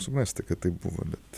suprasti kad taip buvo bet